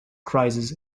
crisis